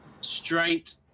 straight